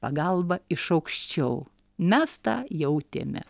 pagalba iš aukščiau mes tą jautėme